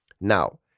Now